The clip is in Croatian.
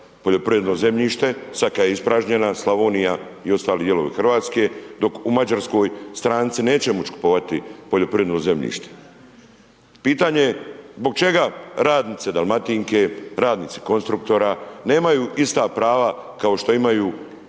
poljoprivredno zemljište, sada kada je ispražnjena Slavonija i ostali dijelovi Hrvatske, dok u Mađarskoj stranci neće moći kupovati poljoprivredno zemljište. Pitanje je zbog čega radnici Dalmatinske, radnici Konstruktora, nemaju ista prava kao što imaju ne